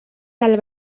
del